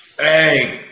Hey